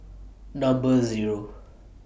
Number Zero